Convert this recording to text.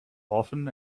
often